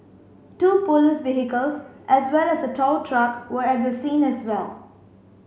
two police vehicles as well as a tow truck were at the scene as well